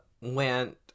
went